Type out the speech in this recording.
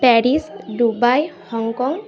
Paris Dubai Hong Kong